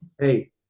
hey